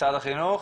משרד החינוך.